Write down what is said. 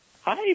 Hi